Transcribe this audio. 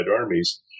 armies